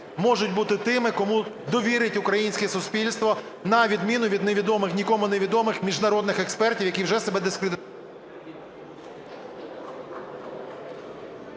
можуть бути тими, кому довірить українське суспільство, на відміну від нікому невідомих міжнародних експертів, які вже себе… Веде